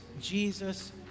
Jesus